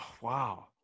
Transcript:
wow